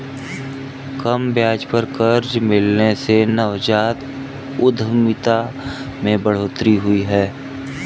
कम ब्याज पर कर्ज मिलने से नवजात उधमिता में बढ़ोतरी हुई है